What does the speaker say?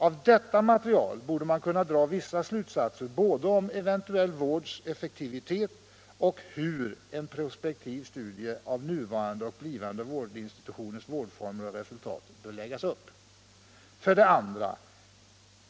Av detta material borde man kunna dra vissa slutsatser både om eventuell vårds effektivitet och om hur en prospektiv studie av nuvarande och blivande vårdinstitutioners vårdformer och resultat bör läggas upp. 2.